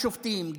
גם שופטים,